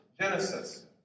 Genesis